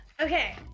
Okay